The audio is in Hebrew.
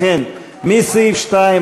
לכן מסעיף 2,